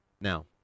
Now